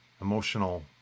emotional